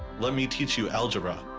let me teach you algebra!